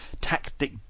tactic